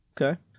Okay